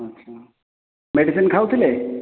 ଆଚ୍ଛା ମେଡ଼ିସିନ ଖାଉଥିଲେ